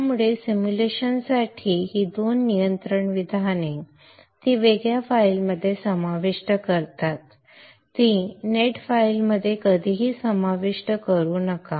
त्यामुळे सिम्युलेशनसाठी ही 2 नियंत्रण विधाने ती वेगळ्या फाईलमध्ये समाविष्ट करतात ती नेट फाइलमध्ये कधीही समाविष्ट करू नका